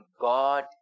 God